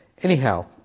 Anyhow